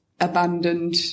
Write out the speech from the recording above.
abandoned